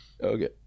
Okay